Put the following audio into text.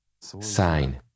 sign